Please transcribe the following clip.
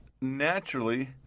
naturally